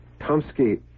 Tomsky